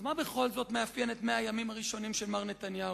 מה בכל זאת מאפיין את 100 הימים הראשונים של מר נתניהו?